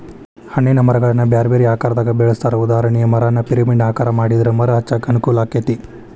ಹಣ್ಣಿನ ಮರಗಳನ್ನ ಬ್ಯಾರ್ಬ್ಯಾರೇ ಆಕಾರದಾಗ ಬೆಳೆಸ್ತಾರ, ಉದಾಹರಣೆಗೆ, ಮರಾನ ಪಿರಮಿಡ್ ಆಕಾರ ಮಾಡಿದ್ರ ಮರ ಹಚ್ಚಾಕ ಅನುಕೂಲಾಕ್ಕೆತಿ